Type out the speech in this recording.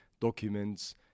documents